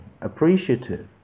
appreciative